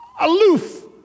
aloof